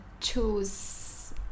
choose